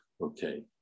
Okay